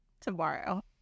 tomorrow